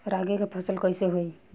रागी के फसल कईसे होई?